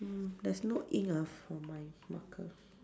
mm there's no ink ah for my marker